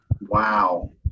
Wow